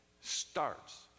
starts